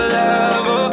love